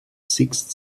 sixth